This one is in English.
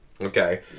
Okay